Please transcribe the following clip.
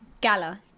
Gala